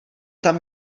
tam